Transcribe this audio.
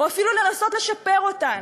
או אפילו לנסות לשפר אותן.